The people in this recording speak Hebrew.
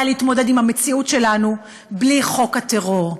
להתמודד עם המציאות שלנו בלי חוק הטרור.